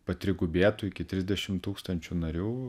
patrigubėtų iki trisdešim tūkstančių narių